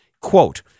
Quote